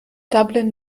dublin